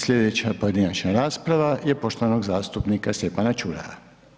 Sljedeća pojedinačna rasprava je poštovanog zastupnika Stjepana Čuraja.